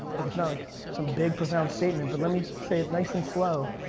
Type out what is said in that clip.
like it's not like some big, profound statement but let me say it nice and slow.